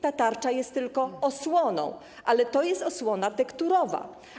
Ta tarcza jest tylko osłoną, ale to jest osłona tekturowa.